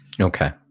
Okay